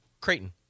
Creighton